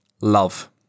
Love